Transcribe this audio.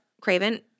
Craven